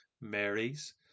Mary's